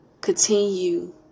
continue